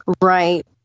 Right